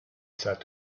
said